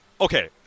Okay